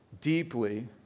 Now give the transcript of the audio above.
deeply